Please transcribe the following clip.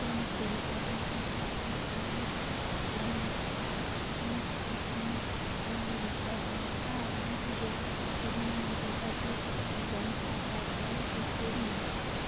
ᱯᱷᱳᱱᱯᱮ ᱵᱮᱵᱚᱦᱟᱨ ᱠᱟᱛᱮᱫ ᱢᱮᱱᱟᱜ ᱯᱞᱮᱱ ᱥᱟᱶᱛᱮ ᱤᱧᱟᱹᱜ ᱯᱷᱳᱱ ᱨᱤᱪᱟᱨᱡᱽ ᱢᱮ ᱟᱨ ᱢᱤᱫᱜᱮ ᱯᱚᱨᱤᱢᱟᱱ ᱡᱳᱜᱟᱡᱳᱜᱽ ᱜᱨᱮᱱᱰᱼᱯᱷᱟᱫᱟᱨ ᱨᱮ ᱩᱪᱟᱹᱲ ᱢᱮ